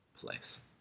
place